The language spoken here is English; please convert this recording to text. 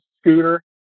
scooter